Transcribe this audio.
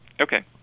Okay